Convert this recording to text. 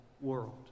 world